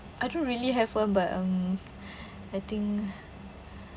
I don't really have one but um I think